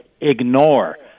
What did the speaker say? ignore